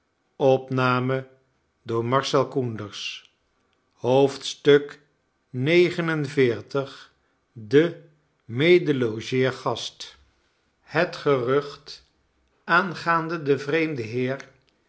de medelogeergast het gerucht aangaande den vreemden heer